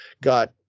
got